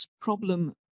problem